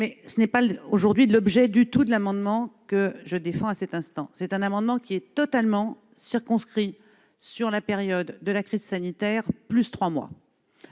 Mais ce n'est pas du tout l'objet de l'amendement que je défends à cet instant. Cet amendement est totalement circonscrit sur la période de la crise sanitaire, plus trois mois.